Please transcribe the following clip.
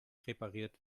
repariert